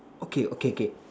okay okay K